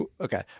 Okay